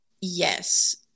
Yes